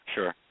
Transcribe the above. Sure